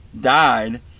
died